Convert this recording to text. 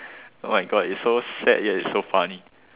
oh my god it's so sad yet it's so funny